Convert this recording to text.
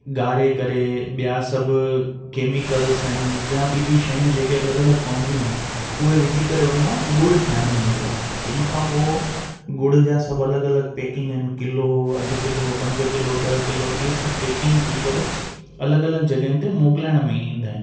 ॻारे करे की ॿिया सभु केमिकल्स आहिनि जा ॿियूं ॿियूं शयूं जेके अलॻि अलॻि पवंदियूं आहिनि उहे विझी करे उन मां ॻुड़ु ठाहिण में ईंदो आहे इन खां पोइ ॻुड़ जा सभु अलॻि अलॻि पेकिंग आहिनि किलो अधु किलो पंज किलो ॾह किलो इहे सभु पैकिंग थी करे अलॻि अलॻि जॻहियुनि ते मोकिलाइण में ईंदा आहिनि